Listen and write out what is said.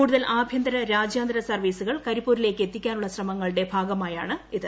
കൂടുതൽ അഭ്യന്തര രാജ്യാന്തര സർവീസുകൾ കരിപ്പൂരിലേക്ക് എത്തിക്കാനുള്ള ശ്രമങ്ങളുടെ ഭാഗമായാണിത്